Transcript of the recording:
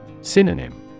Synonym